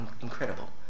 incredible